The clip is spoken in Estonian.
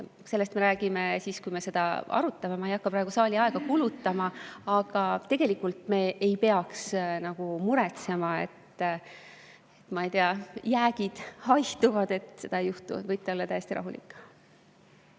Sellest me räägime siis, kui me seda arutame, ma ei hakka praegu saali aega kulutama. Aga tegelikult me ei peaks muretsema, et jäägid haihtuvad. Seda ei juhtu, võite olla täiesti rahulik.